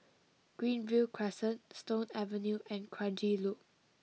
Greenview Crescent Stone Avenue and Kranji Loop